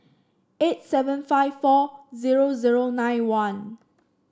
eight seven five four zero zero nine one